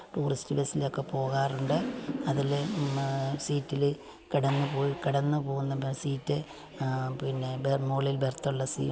tourist ബസ്സിലൊക്കെ പോകാറുണ്ട് അതിലെ സീറ്റില് കിടന്ന് പോയി കിടന്ന്പോകുന്ന ബസ് സീറ്റ് പിന്നെ മുകളിൽ ബെർത്തുള്ള